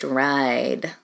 ride